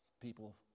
people